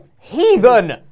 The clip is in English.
Heathen